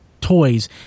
toys